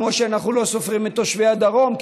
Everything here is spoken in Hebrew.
כמו שאנחנו לא סופרים את תושבי הדרום,